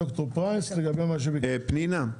פנינה,